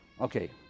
Okay